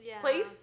place